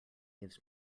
gives